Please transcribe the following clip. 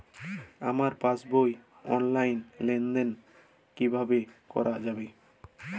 আমার পাসবই র অনলাইন লেনদেন কিভাবে করা যাবে?